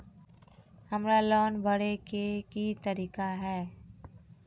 हमरा लोन भरे के की तरीका है?